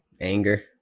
anger